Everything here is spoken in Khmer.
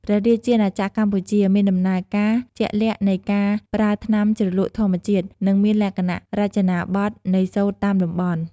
ព្រះរាជាណាចក្រកម្ពុជា មានដំណើរការជាក់លាក់នៃការប្រើថ្នាំជ្រលក់ធម្មជាតិ និងមានលក្ខណៈរចនាបថនៃសូត្រតាមតំបន់។